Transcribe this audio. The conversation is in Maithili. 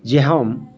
जे हम